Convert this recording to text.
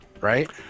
Right